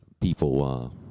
People